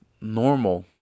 normal